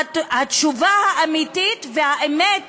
התשובה האמיתית והאמת